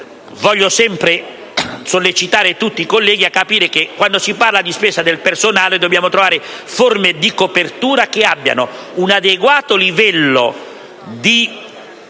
Voglio sollecitare tutti i colleghi a capire che quando si parla di spesa per il personale dobbiamo trovare forme di copertura che abbiano un adeguato livello di